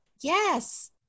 yes